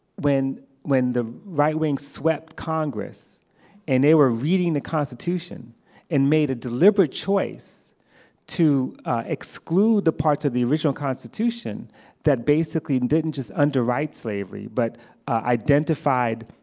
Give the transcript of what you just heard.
when when the right wing swept congress and they were reading the constitution and made a deliberate choice to exclude the part of the original constitution that basically didn't just underwrite slavery but identified